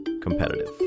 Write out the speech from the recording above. competitive